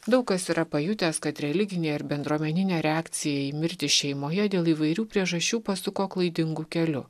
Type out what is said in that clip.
daug kas yra pajutęs kad religinė ir bendruomeninė reakcija į mirtį šeimoje dėl įvairių priežasčių pasuko klaidingu keliu